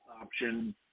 option